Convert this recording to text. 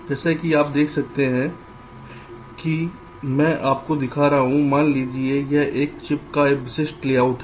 जैसे आप देखते हैं कि मैं आपको दिखा रहा हूं मान लीजिए यह एक चिप का विशिष्ट लेआउट है